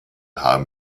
haben